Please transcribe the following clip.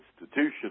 institution